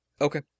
Okay